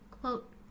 quote